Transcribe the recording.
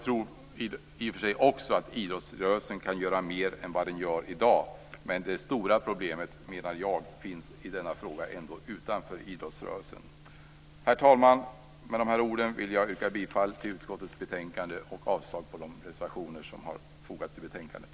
I och för sig tror också jag att idrottsrörelsen kan göra mer än den i dag gör men det stora problemet i denna fråga menar jag finns utanför idrottsrörelsen. Herr talman! Med dessa ord yrkar jag bifall till hemställan i utskottets betänkande och avslag på de reservationer som fogats till betänkandet.